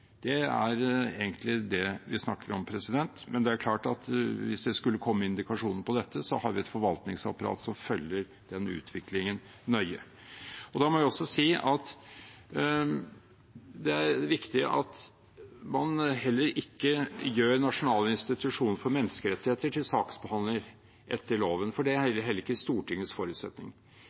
Det er egentlig det vi snakker om. Men det er klart at hvis det skulle komme indikasjoner på dette, har vi et forvaltningsapparat som følger den utviklingen nøye. Da må jeg også si at det er viktig at man heller ikke gjør Nasjonal institusjon for menneskerettigheter til saksbehandler etter loven, for det er heller ikke Stortingets